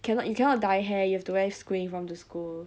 cannot you cannot dye hair you have to wear school uniform to school